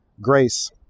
grace